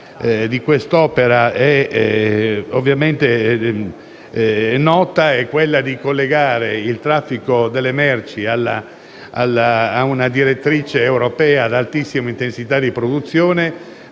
di quest'opera è nota ed è quella di collegare il traffico delle merci ad una direttrice europea ad altissima intensità di produzione